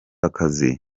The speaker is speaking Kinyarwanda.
akazi